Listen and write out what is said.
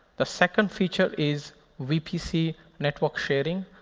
the second feature is vpc network sharing.